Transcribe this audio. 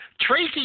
Tracy